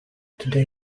today